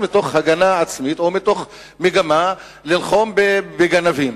מתוך הגנה עצמית או מתוך מגמה ללחום בגנבים.